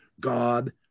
god